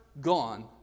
gone